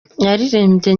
yaririmbye